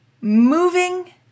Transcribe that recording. moving